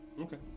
Okay